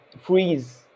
freeze